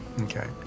Okay